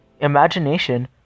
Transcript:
imagination